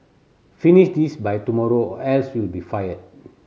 finish this by tomorrow or else you'll be fired